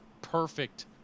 Perfect